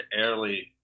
early